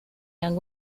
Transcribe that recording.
young